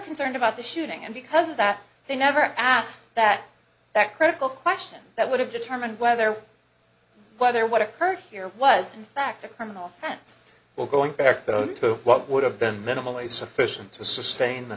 concerned about the shooting and because of that they never asked that that critical question that would have determined whether whether what occurred here was in fact a criminal offense well going back though to what would have been minimally sufficient to sustain